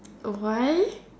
um why